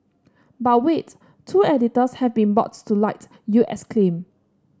but wait two editors have been brought to light you exclaim